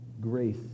grace